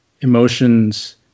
emotions